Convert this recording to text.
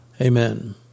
Amen